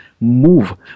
move